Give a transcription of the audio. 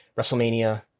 WrestleMania